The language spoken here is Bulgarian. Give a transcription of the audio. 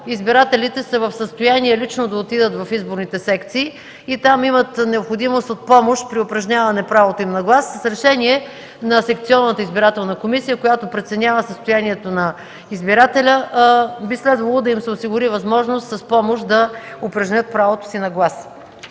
избирателите са в състояние лично да отидат в изборните секции и там имат необходимост от помощ при упражняване правото им на глас. С решение на секционната избирателна комисия, която преценява състоянието на избирателя, би следвало да им се осигури възможност с помощ да упражнят правото си на глас.